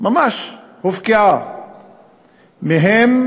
ממש הופקעה מהם,